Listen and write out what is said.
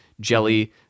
jelly